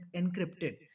encrypted